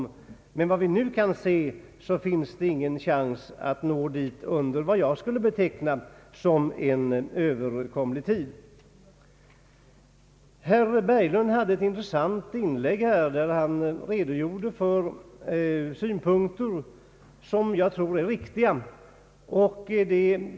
Efter vad vi nu kan se finns det dock ingen chans att nå dithän under vad jag skulle vilja beteckna en överskådlig tid. Herr Berglund hade ett intressant inlägg i vilket han redogjorde för synpunkter som jag tror är riktiga.